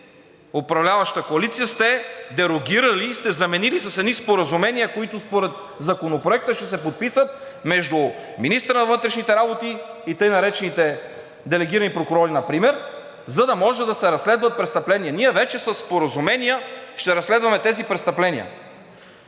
управляващата коалиция, сте дерогирали и сте заменили с едни споразумения, които според Законопроекта ще се подписват между министъра на вътрешните работи и така наречените делегирани прокурори например, за да може да се разследват престъпления. Ние вече със споразумения ще разследваме тези престъпления.